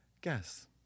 Guess